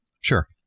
sure